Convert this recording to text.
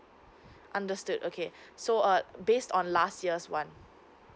understood okay so uh based on last year's one